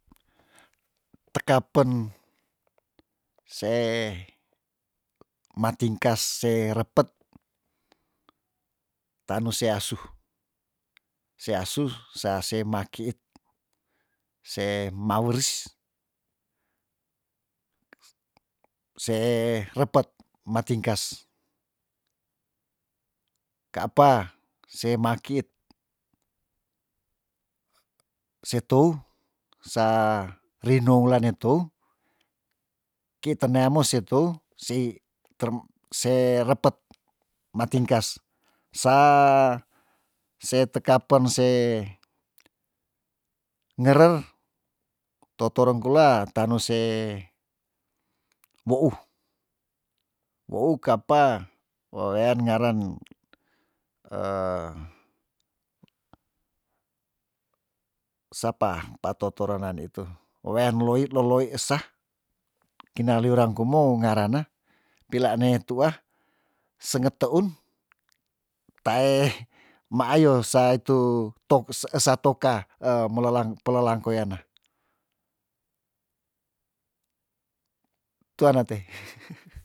Tekapen se matingkas se repet taan nu se asu se asu sea se maakiit se maweris se repet matingkas ka apa se maakiit se tou sa rinou lane tou kite nea mo se tou sei term se repet matingkas sa se tekapen se ngerer totorong kula tanu se mouh mouh ka apa wewean ngaren sepa patoutouran na nitu wean loit loloi esa kina liurang kumo ngerana peilane tuah senge teun tae maayo sa itu tok se esa toka emelelang pelelang koyana tuana te